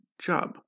job